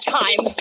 time